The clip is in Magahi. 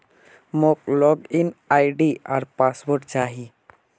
मोक लॉग इन आई.डी आर पासवर्ड चाहि